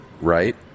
Right